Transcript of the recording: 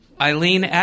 Eileen